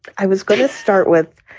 i was going to start with.